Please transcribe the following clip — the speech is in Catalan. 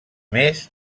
més